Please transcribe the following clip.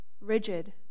rigid